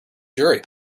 jury